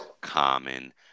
common